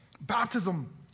baptism